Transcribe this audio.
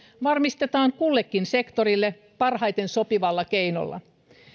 varmistetaan kullekin sektorille parhaiten sopivalla keinolla